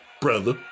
Brother